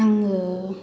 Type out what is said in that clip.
आङो